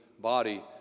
body